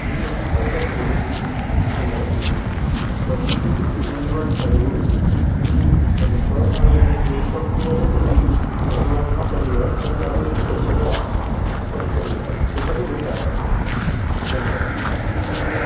ଏହି ଉତ୍ପାଦଗୁଡ଼ିକୁ ଆମେ ପଶୁ କିଣିବାଠାରୁ ବିକ୍ରି ପର୍ଯ୍ୟନ୍ତ ଆମେ ଏମିତି ଏହି ପ୍ରକ୍ରିୟାରେ ଯଦି ପଶୁପାଳନ କରିବା ତାହେଲେ ଆମେ କିଛି ରୋଜଗାର କରିପାରିବା ସେଇଟା ବି ବହୁତ ଆରାମସେ ଧନ୍ୟବାଦ